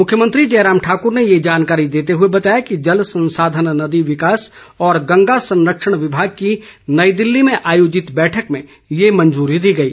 मुख्यमंत्री जयराम ठाकृर ने ये जानकारी देते हुए बताया कि जल संसाधन नदी विकास और गंगा संरक्षण विभाग की नई दिल्ली में आयोजित बैठक में ये मंजूरी दी गई